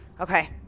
Okay